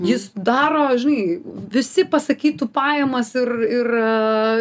jis daro žinai visi pasakytų pajamas ir ir